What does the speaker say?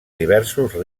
diversos